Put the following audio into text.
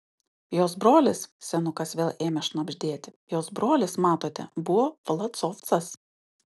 jos brolis senukas vėl ėmė šnabždėti jos brolis matote buvo vlasovcas